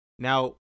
Now